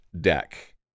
deck